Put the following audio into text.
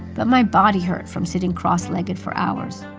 but my body hurt from sitting cross-legged for hours.